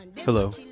Hello